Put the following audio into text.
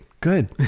Good